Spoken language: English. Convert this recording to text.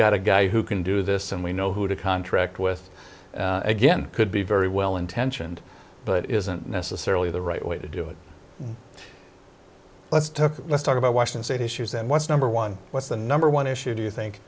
got a guy who can do this and we know who to contract with again could be very well intentioned but it isn't necessarily the right way to do it let's talk let's talk about washington state issues and what's number one what's the number one issue do you think